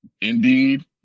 indeed